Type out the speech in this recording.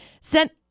sent